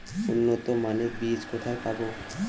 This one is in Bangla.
উন্নতমানের বীজ কোথায় পাব?